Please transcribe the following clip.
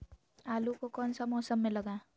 आलू को कौन सा मौसम में लगाए?